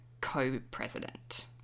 co-president